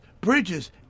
bridges